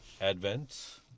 Advent